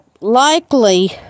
likely